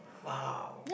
!wow!